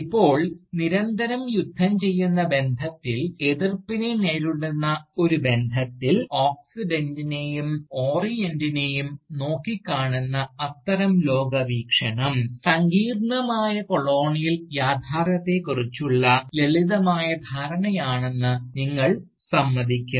ഇപ്പോൾ നിരന്തരം യുദ്ധം ചെയ്യുന്ന ബന്ധത്തിൽ എതിർപ്പിനെ നേരിടുന്ന ഒരു ബന്ധത്തിൽ ഓക്സിഡൻറിനെയും ഓറിയൻറിനെയും നോക്കിക്കാണുന്ന അത്തരം ലോകവീക്ഷണം സങ്കീർണ്ണമായ കൊളോണിയൽ യാഥാർത്ഥ്യത്തെക്കുറിച്ചുള്ള ലളിതമായ ധാരണയാണെന്ന് നിങ്ങൾ സമ്മതിക്കും